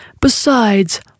Besides